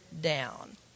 down